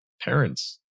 parents